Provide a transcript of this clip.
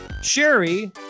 Sherry